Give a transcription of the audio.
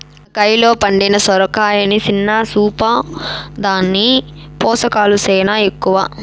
మన కయిలో పండిన సొరకాయని సిన్న సూపా, దాని పోసకాలు సేనా ఎక్కవ